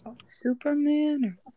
Superman